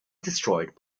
destroyed